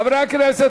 חברי הכנסת,